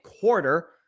quarter